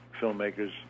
filmmakers